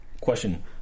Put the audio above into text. Question